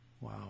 Wow